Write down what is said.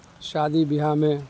شادی بیاہ میں